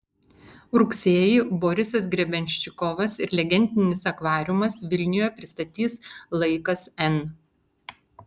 rugsėjį borisas grebenščikovas ir legendinis akvariumas vilniuje pristatys laikas n